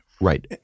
Right